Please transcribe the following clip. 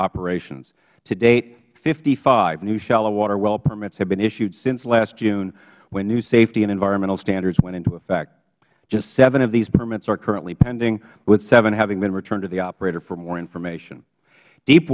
operations to date fifty five new shallow water well permits have been issued since last june when new safety and environmental standards went into effect just seven of these permits are currently pending with seven having been returned to the operator for more information deep